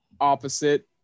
opposite